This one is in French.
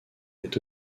est